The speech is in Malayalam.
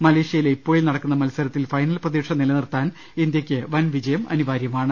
മലേഷ്യയിലെ ഇപ്പോയിൽ നടക്കുന്ന മത്സര ത്തിൽ ഫൈനൽ പ്രതീക്ഷ നിലനിർത്താൻ ഇന്ത്യക്ക് വൻ വിജയം അനി വാര്യമാണ്